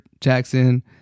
Jackson